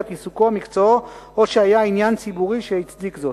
עיסוקו או מקצועו או שהיה עניין ציבורי שהצדיק זאת.